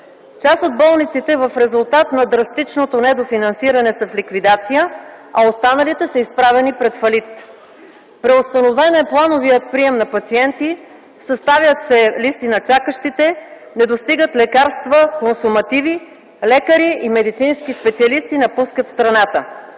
Част от болниците в резултат на драстичното недофинансиране са в ликвидация, а останалите са изправени пред фалит, преустановен е плановият прием на пациенти, съставят се листи на чакащите, не достигат лекарства, консумативи, лекари и медицински специалисти напускат страната.